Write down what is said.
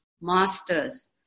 master's